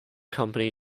company